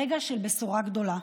רגע של בשורה גדולה.